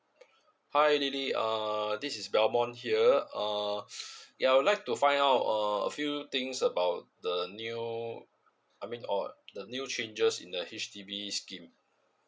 hi lily uh this is belmon here uh ya I would like to find out err a few things about the new I mean or the new changes in the H_D_B schemes